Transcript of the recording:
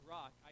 Rock